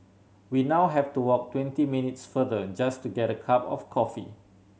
we now have to walk twenty minutes farther just to get a cup of coffee